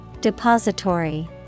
Depository